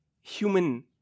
human